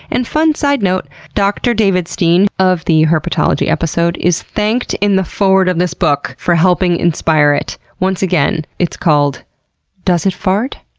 and fun side note dr david steen, of the herpetology episode is thanked in the foreword of this book for helping inspire it. once again, it's called does it fart?